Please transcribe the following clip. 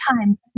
time